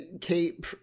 Kate